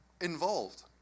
involved